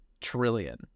trillion